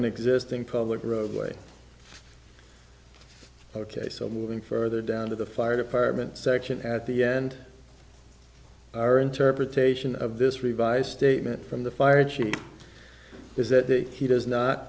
an existing public roadway ok so moving further down to the fire department section at the end our interpretation of this revised statement from the fire chief is that he does not